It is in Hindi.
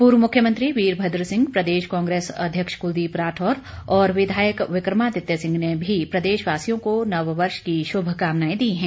पूर्व मुख्यमंत्री वीरभद्र सिंह प्रदेश कांग्रेस अध्यक्ष कुलदीप राठौर व विधायक विक्रमादित्य सिंह ने भी प्रदेशवासियों को नववर्ष की शुभकामनाएं दी हैं